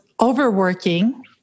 overworking